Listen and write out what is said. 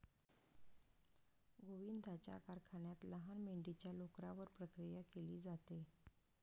गोविंदाच्या कारखान्यात लहान मेंढीच्या लोकरावर प्रक्रिया केली जाते